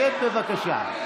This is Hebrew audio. שב, בבקשה.